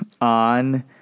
on